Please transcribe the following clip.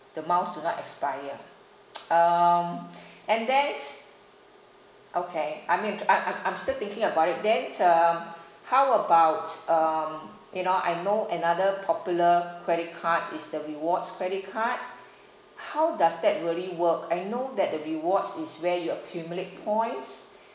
the miles do not expire um and then okay I mean I'm I'm I'm still thinking about it then um how about um you know I know another popular credit card is the rewards credit card how does that really work I know that the rewards is where you accumulate points